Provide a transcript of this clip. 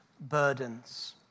burdens